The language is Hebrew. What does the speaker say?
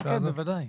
כן, בוודאי.